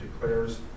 declares